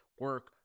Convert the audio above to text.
Work